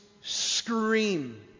scream